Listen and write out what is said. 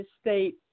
state